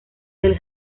del